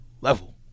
level